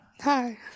Hi